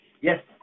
Yes